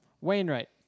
Wainwright